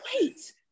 Wait